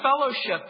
fellowship